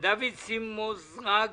דוד סימוזרג,